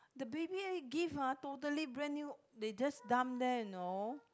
the baby gift ah totally brand new they just dump there you know